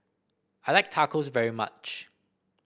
I like Tacos very much